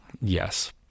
yes